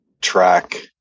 track